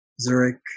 Zurich